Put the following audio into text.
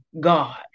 God